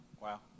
Wow